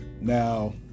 Now